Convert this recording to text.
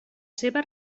seva